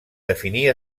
definir